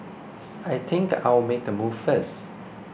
I think I'll make a move first